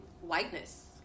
whiteness